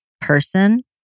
person